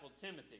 Timothy